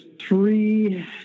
three